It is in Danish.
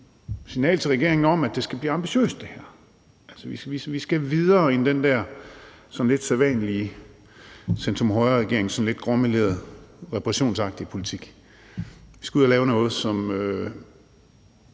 signal til regeringen om, at det her skal blive ambitiøst, altså at vi skal videre end den der sådan lidt sædvanlige centrum-højre-regering og den sådan lidt gråmelerede reparationsagtige politik. Vi skal ud og lave noget, som